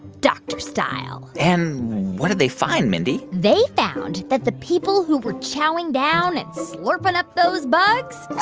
doctor style and what did they find, mindy? they found that the people who were chowing down and slurping up those bugs